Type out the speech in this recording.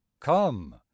come